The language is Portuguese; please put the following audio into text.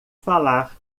falar